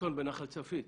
האסון בנחל צפית,